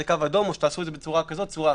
זה קו אדום או שתעשו את זה בצורה כזאת או אחרת.